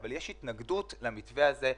יש התנגדות למתווה הזה,